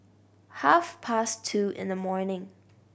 half past two in the morning